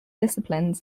disciplines